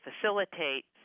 facilitate